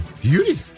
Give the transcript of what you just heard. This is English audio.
Beauty